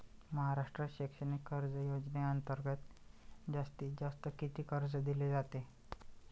महाराष्ट्र शैक्षणिक कर्ज योजनेअंतर्गत जास्तीत जास्त किती कर्ज दिले जाते?